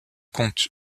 compte